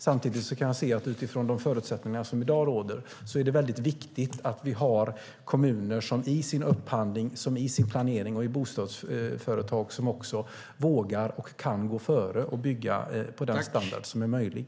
Samtidigt kan jag se att det utifrån de förutsättningar som råder i dag är väldigt viktigt att vi har kommuner som i sin upphandling, i sin planering och i bostadsföretag också vågar och kan gå före och bygga den standard som är möjlig.